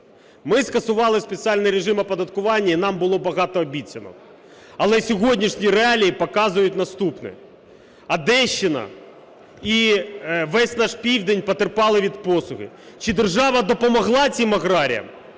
Ми скасували спеціальний режим оподаткування і нам було багато обіцянок. Але сьогоднішні реалії показують наступне. Одещина і весь наш південь потерпали від посухи. Чи держава допомогла цим аграріям?